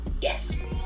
Yes